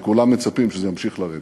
כי כולם מצפים שזה ימשיך לרדת.